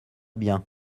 bien